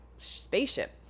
spaceship